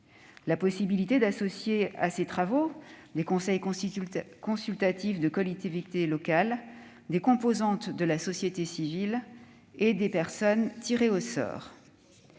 la faculté d'associer à ses travaux des conseils consultatifs de collectivités locales, des composantes de la société civile et des personnes tirées au sort.